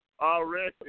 Already